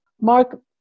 Mark